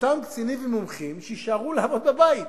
באותם קצינים ומומחים, שיישארו לעבוד בבית.